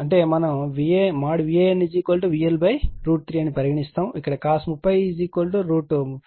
అంటే మనం VanVL3 అని పరిగణిస్తాము ఇక్కడ cos 30 32